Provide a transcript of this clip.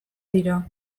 dira